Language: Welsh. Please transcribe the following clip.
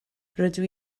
rydw